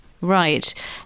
Right